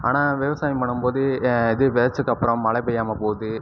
ஆனால் விவசாயம் பண்ணும்போது இது விளைச்சதுக் அப்புறம் மழைப்பேயாம போது